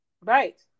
Right